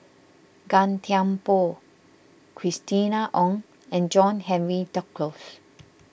Gan Thiam Poh Christina Ong and John Henry Duclos